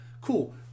cool